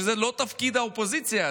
שזה לא תפקיד האופוזיציה,